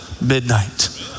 midnight